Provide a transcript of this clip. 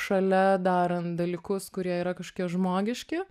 šalia daran dalykus kurie yra kažkokie žmogiški